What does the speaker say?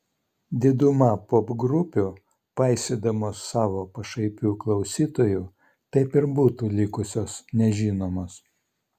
diduma popgrupių paisydamos savo pašaipių klausytojų taip ir būtų likusios nežinomos